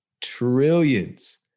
trillions